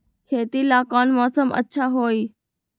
खेती ला कौन मौसम अच्छा होई?